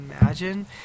imagine